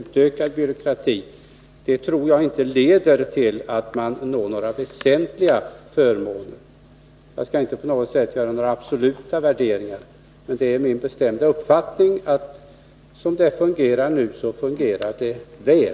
utökad byråkrati tror jag inte leder till några väsentliga fördelar. Jag skall inte göra några absoluta värderingar, men det är min bestämda uppfattning att som det fungerar nu fungerar det väl.